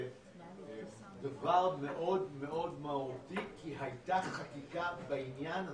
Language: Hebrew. דבר מאוד מאוד מהותי, כי הייתה חקיקה בעניין הזה.